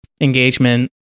engagement